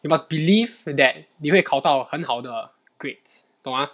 you must believe that 你会考到很好的 grades 懂吗